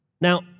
Now